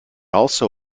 also